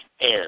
AIR